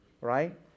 right